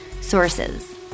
sources